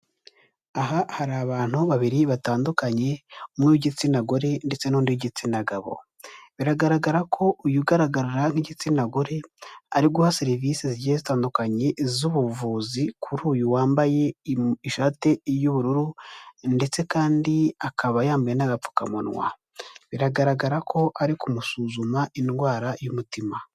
Aha hari abantu babiri batandukanye, umwe w'igitsina gore ndetse n'undi w'igitsina gabo, biragaragara ko uyu ugaraga nk'igitsina gore, ari guha serivise zigye zitandukanye z'ubuvuzi kuri uyu wambaye ishati iy'ubururu ndetse kandi akaba yambaye n'agagapfukamunwa, biragaragara ko ari kumusuzuma indwara y'umutima.